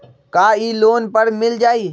का इ लोन पर मिल जाइ?